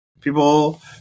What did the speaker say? people